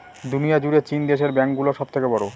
দুনিয়া জুড়ে চীন দেশের ব্যাঙ্ক গুলো সব থেকে বড়ো